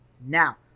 now